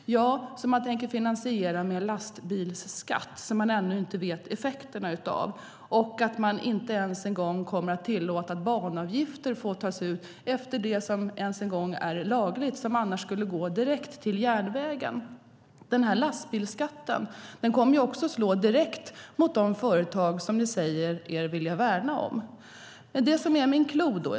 Men man tänker finansiera detta med en lastbilsskatt som man ännu inte vet effekterna av. Man kommer inte ens att tillåta att banavgifter får tas ut efter det som är lagligt. De skulle annars gå direkt till järnvägen. Lastbilsskatten kommer också att slå direkt mot de företag som ni säger er vilja värna om.